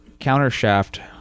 countershaft